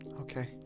Okay